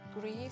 grief